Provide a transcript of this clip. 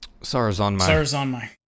Sarazanmai